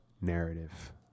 narrative